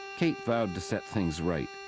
kate vowed to set things right,